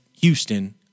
Houston